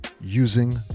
using